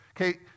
Okay